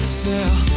sell